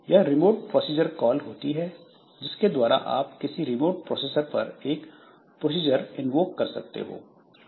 यह remote procedure call होती है जिसके द्वारा आप किसी रिमोट प्रोसेसर पर एक प्रोसीजर इन्वोक कर सकते हो